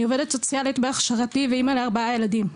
אני עובדת סוציאלית בהכשרתי ואימא לארבעה ילדים.